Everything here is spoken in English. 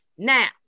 Now